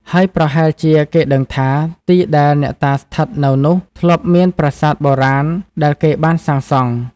ហើយប្រហែលជាគេដឹងថា ទីដែលអ្នកតាស្ថិតនៅនោះ ធ្លាប់មានប្រាសាទបុរាណដែលគេបានសាងសង់។